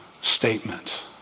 statement